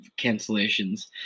cancellations